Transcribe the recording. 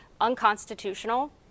unconstitutional